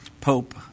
Pope